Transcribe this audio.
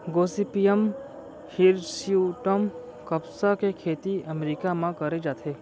Gossypium हिरस्यूटम कपसा के खेती अमेरिका म करे जाथे